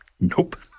Nope